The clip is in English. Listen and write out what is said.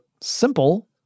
simple